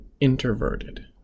introverted